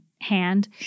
hand